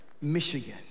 Michigan